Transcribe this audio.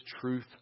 truth